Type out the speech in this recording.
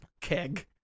keg